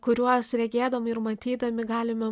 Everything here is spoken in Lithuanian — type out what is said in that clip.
kuriuos regėdami ir matydami galime